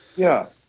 yeah,